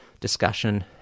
discussion